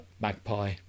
magpie